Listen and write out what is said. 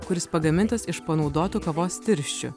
kuris pagamintas iš panaudotų kavos tirščių